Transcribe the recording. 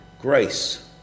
grace